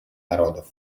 народов